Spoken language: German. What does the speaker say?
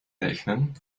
rechnen